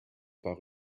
par